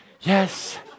Yes